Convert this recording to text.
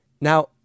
Now